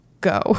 go